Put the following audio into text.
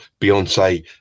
Beyonce